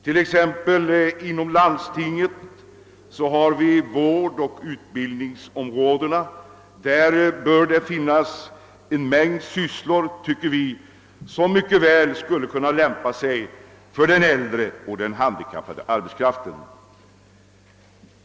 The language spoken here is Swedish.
Inom landstingen bör det exempelvis beträffande vårdoch utbildningsområdena finnas en mängd sysslor, tycker vi, som mycket väl skulle lämpa sig för den äldre arbetskraften och den handikappade arbetskraften.